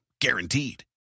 Guaranteed